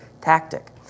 tactic